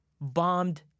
bombed